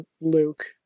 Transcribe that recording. Luke